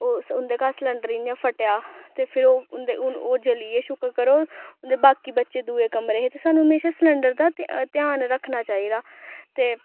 ओह् उं'दे घर सलैंडर इ'यां फटेआ ते फिर ओह् उं'दे हून ओह् जली गे शुकर करो उं'दे बाकी बच्चे दूए कमरे हे ते सानूं हमेशा सलैंडर दा ध्यान रक्खना चाहिदा ते